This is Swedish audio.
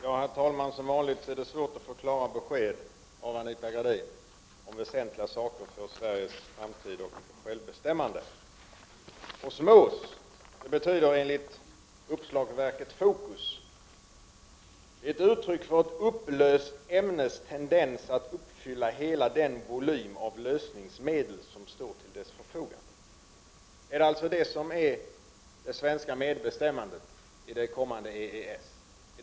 Fru talman! Som vanligt är det svårt att få klara besked av Anita Gradin om väsentliga saker för Sveriges framtid och självbestämmande. Osmos betyder enligt uppslagsverket Focus ett uttryck för ett upplöst ämnes tendens att uppfylla hela den volym av lösningsmedel som står till dess förfogande. Är det alltså detta som är det svenska medbestämmandet i det kommande EES?